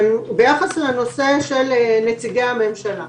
ביחס לנושא נציגי הממשלה,